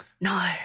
No